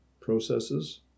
processes